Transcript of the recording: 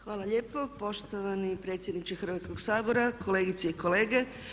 Hvala lijepo poštovani predsjedniče Hrvatskoga sabora, kolegice i kolege.